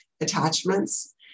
attachments